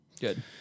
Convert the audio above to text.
Good